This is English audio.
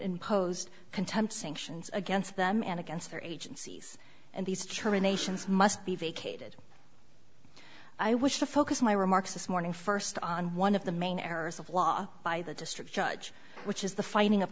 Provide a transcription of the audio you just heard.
imposed contempt sanctions against them and against their agencies and these terminations must be vacated i wish to focus my remarks this morning first on one of the main errors of law by the district judge which is the finding of